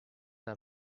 are